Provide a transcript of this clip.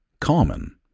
common